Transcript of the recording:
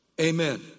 Amen